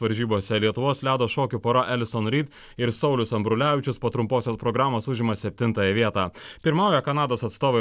varžybose lietuvos ledo šokių pora elison rid ir saulius ambrulevičius po trumposios programos užima septintąją vietą pirmauja kanados atstovai